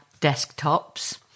desktops